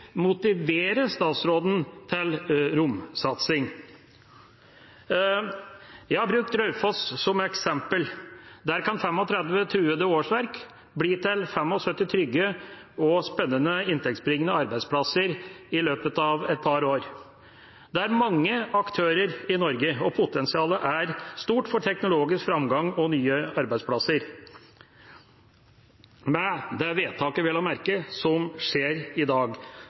motivere statsråden til romsatsing. Jeg har brukt Raufoss som eksempel. Der kan 35 truede årsverk bli til 75 trygge og spennende inntektsbringende arbeidsplasser i løpet av et par år. Det er mange aktører i Norge, og potensialet er stort for teknologisk framgang og nye arbeidsplasser, vel og merke med det vedtaket som fattes i dag,